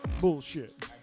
bullshit